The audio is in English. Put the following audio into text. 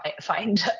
find